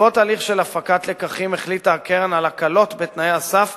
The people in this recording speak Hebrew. בעקבות הליך של הפקת לקחים החליטה הקרן על הקלות בתנאי הסף